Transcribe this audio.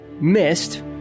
missed